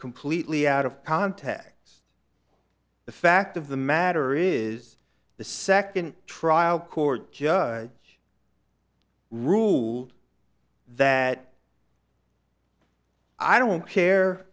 completely out of context the fact of the matter is the second trial court judge rule that i don't care